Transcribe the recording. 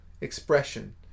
expression